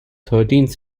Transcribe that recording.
thirteenth